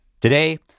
Today